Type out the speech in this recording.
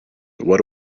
what